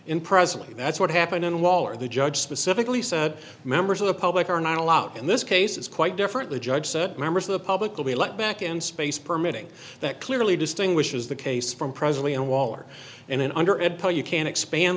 in presently that's what happened in waller the judge specifically said members of the public are not allowed in this case it's quite differently judge said members of the public will be let back in space permitting that clearly distinguishes the case from presently and waller in and under it but you can expand